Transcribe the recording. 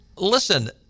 Listen